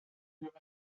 give